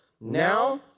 Now